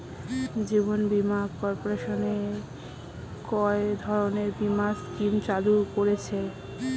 জীবন বীমা কর্পোরেশন কয় ধরনের বীমা স্কিম চালু করেছে?